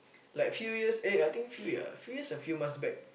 like few years eh I think few ya few years or few months back